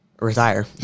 Retire